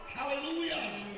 Hallelujah